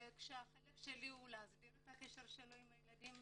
החלק שלי הוא להסדיר את הקשר שלו עם הילדים,